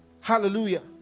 hallelujah